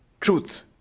truth